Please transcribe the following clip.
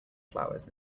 flowers